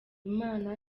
imana